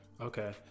Okay